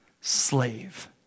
slave